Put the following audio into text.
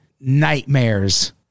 nightmares